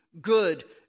good